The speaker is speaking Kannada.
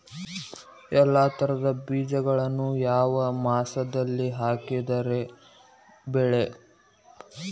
ಎಲ್ಲಾ ತರದ ಬೇಜಗೊಳು ಯಾವ ಮಾಸದಾಗ್ ಹಾಕಿದ್ರ ಛಲೋ?